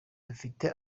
dufite